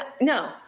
no